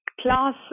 Class